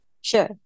Sure